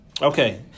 Okay